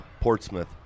Portsmouth